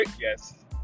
yes